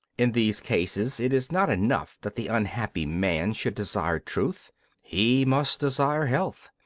in these cases it is not enough that the unhappy man should desire truth he must desire health.